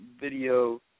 video